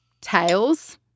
tails